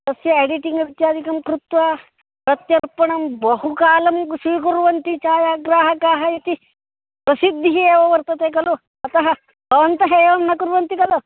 तस्य एडिटिङ्ग् इत्यादिकं कृत्वा प्रत्यर्पणं बहुकालं स्वीकुर्वन्ति छायाग्राहकाः इति प्रसिद्धिः एव वर्तते खलु अतः भवन्तः एवं न कुर्वन्ति खलु